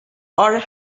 are